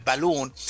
balloon